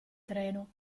treno